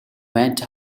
went